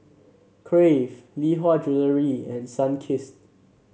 Crave Lee Hwa Jewellery and Sunkist